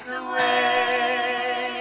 away